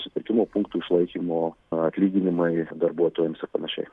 supirkimo punktų išlaikymo atlyginimai darbuotojams ir panašiai